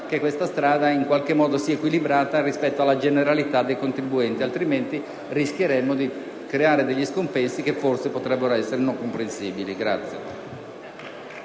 bisogna stare attenti che sia equilibrata rispetto alla generalità dei contribuenti, altrimenti rischieremmo di creare scompensi che forse potrebbero essere non comprensibili.